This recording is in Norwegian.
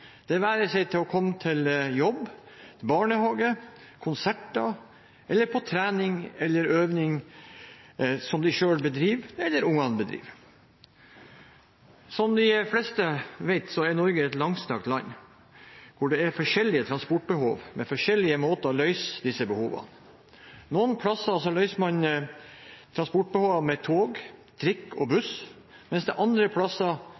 det være seg for å komme på jobb, til barnehagen, til konserter og til trening eller øving på noe de selv eller ungene bedriver. Som de fleste vet, er Norge et langstrakt land, og det er forskjellige transportbehov med forskjellige måter å løse disse behovene på. Noen plasser løser man transportbehovet med tog, trikk og buss, mens man andre plasser